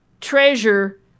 treasure